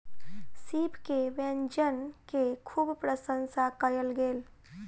सीप के व्यंजन के खूब प्रसंशा कयल गेल